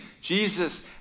Jesus